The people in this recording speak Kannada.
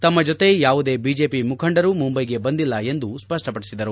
ತಮ್ಮ ಜೊತೆ ಯಾವುದೇ ಬಿಜೆಪಿ ಮುಖಂಡರು ಮುಂಬೈಗೆ ಬಂದಿಲ್ಲ ಎಂದು ಸ್ಪಷ್ಟಪಡಿಸಿದರು